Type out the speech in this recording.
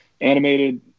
animated